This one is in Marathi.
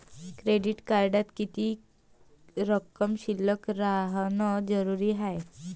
क्रेडिट कार्डात किती रक्कम शिल्लक राहानं जरुरी हाय?